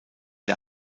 der